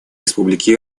республики